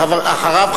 אחריו,